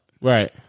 Right